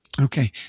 okay